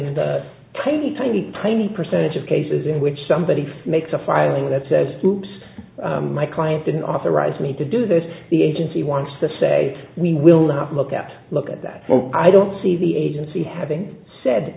n the tiny tiny tiny percentage of cases in which somebody makes a filing that says hoops my client didn't authorize me to do this the agency wants to say we will not look at look at that i don't see the agency having said